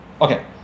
okay